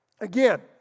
Again